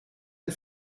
ein